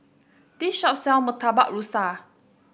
this shop sells Murtabak Rusa